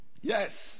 Yes